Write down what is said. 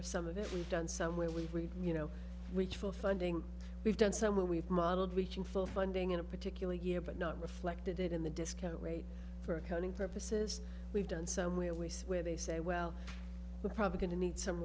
or some of it we've done some where we you know which for funding we've done somewhat we've modeled reaching full funding in a particular year but not reflected in the discount rate for accounting purposes we've done some way elise where they say well the probably going to need some